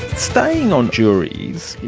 staying on juries,